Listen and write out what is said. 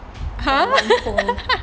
!huh!